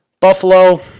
Buffalo